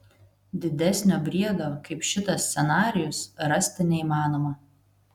didesnio briedo kaip šitas scenarijus rasti neįmanoma